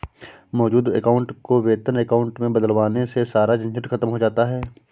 मौजूद अकाउंट को वेतन अकाउंट में बदलवाने से सारा झंझट खत्म हो जाता है